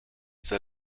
the